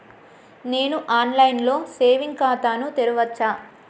నేను online లో saving ఖాతా ను తెరవచ్చా?